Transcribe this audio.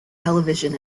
television